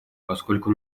поскольку